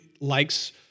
likes